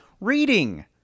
reading